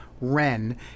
Wren